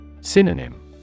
Synonym